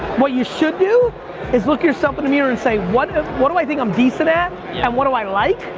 what you should do is look yourself in the mirror and say, what what do i think i'm decent at? yeah and what do i like?